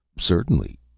Certainly